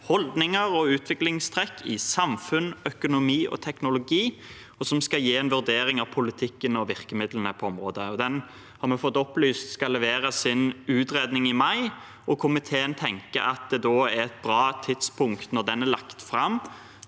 holdninger og utviklingstrekk i samfunn, økonomi og teknologi, og som skal gi en vurdering av politikken og virkemidlene på området. Vi har fått opplyst at utvalget skal levere sin utredning i mai, og komiteen tenker at det da er et bra tidspunkt, når den er lagt fram,